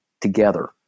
together